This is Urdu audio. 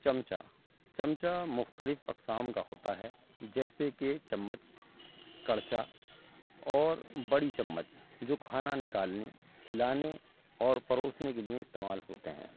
چمچہ چمچہ مختلف اقسام کا ہوتا ہے جیسے کہ چمچ کڑچا اور بڑی چمچ جو کھانا نکالنے ہلانے اور پروسنے کے لئیں استعمال ہوتے ہیں